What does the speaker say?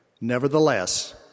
Nevertheless